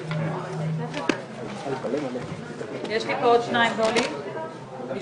13:12.